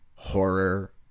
horror